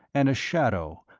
and a shadow,